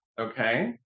okay